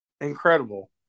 Incredible